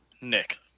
Nick